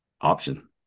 option